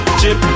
chip